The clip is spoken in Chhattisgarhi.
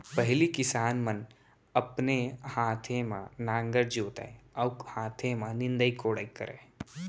पहिली किसान मन अपने हाथे म नांगर जोतय अउ हाथे म निंदई कोड़ई करय